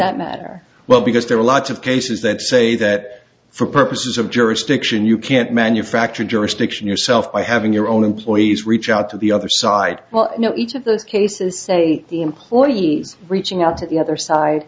didn't matter well because there are lots of cases that say that for purposes of jurisdiction you can't manufacture jurisdiction yourself by having your own employees reach out to the other side well you know each of those cases say the employee's reaching out to the other side